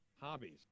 Hobbies